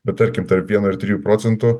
bet tarkim tarp vieno ir trijų procentų